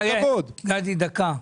גדי, דקה.